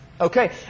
Okay